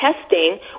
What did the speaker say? testing